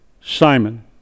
Simon